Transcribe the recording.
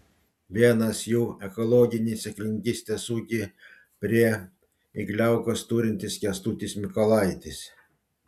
vienas jų ekologinį sėklininkystės ūkį prie igliaukos turintis kęstutis mykolaitis